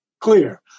clear